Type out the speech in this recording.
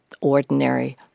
ordinary